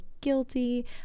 guilty